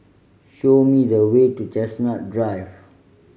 show me the way to Chestnut Drive